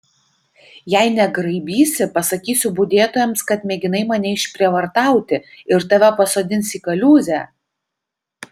jei negraibysi pasakysiu budėtojams kad mėginai mane išprievartauti ir tave pasodins į kaliūzę